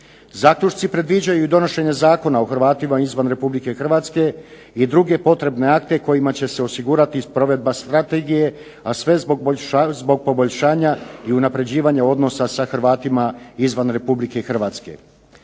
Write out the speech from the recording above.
Zaključci predviđaju donošenje Zakona o Hrvatima izvan Republike Hrvatske i druge potrebne akte kojima će se osigurati sprovedba strategije a sve zbog poboljšanja i unapređivanja odnosa sa Hrvatima izvan Republike Hrvatske.